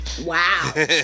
wow